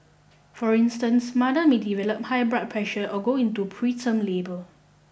for instance mother may develop high blood pressure or go into preterm labour